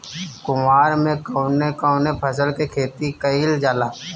कुवार में कवने कवने फसल के खेती कयिल जाला?